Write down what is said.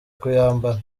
kuyambara